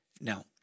Now